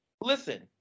Listen